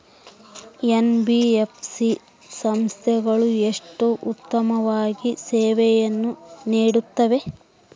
NBFC ಸಂಸ್ಥೆಗಳು ಎಷ್ಟು ಉತ್ತಮವಾಗಿ ಸೇವೆಯನ್ನು ನೇಡುತ್ತವೆ?